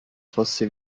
fosse